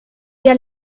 gars